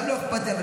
גם לא אכפת לי,